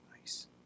nice